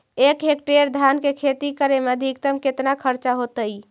एक हेक्टेयर धान के खेती करे में अधिकतम केतना खर्चा होतइ?